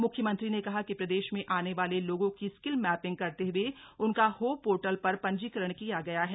म्ख्यमंत्री ने कहा कि प्रदेश में आने वाले लोगों की स्किल मैपिंग करते हए उनका होप पोर्टल पर पंजीकरण किया गया है